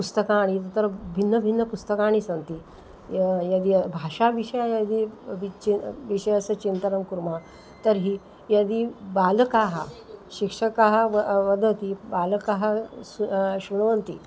पुस्तकाणि तत्र भिन्नभिन्नपुस्तकानि सन्ति यः यदि भाषाविषये यदि विषयस्य चिन्तनं कुर्मः तर्हि यदि बालकाः शिक्षकाः व वदति बालकाः श् शृण्वन्ति